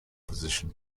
position